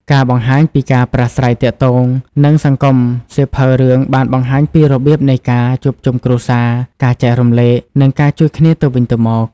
ការបង្ហាញពីការប្រាស្រ័យទាក់ទង និងសង្គមសៀវភៅរឿងបានបង្ហាញពីរបៀបនៃការ ជួបជុំគ្រួសារ ការចែករំលែក និងការជួយគ្នាទៅវិញទៅមក។